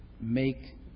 make